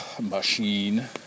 machine